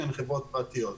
שהן חברות פרטיות.